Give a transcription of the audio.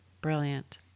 Brilliant